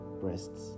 breasts